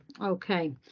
Okay